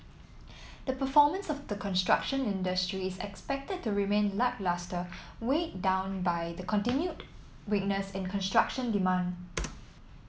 the performance of the construction industry is expected to remain lacklustre weighed down by the continued weakness in construction demand